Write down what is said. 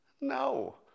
No